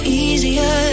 easier